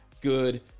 good